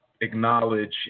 acknowledge